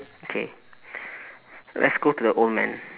okay let's go to the old man